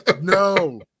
no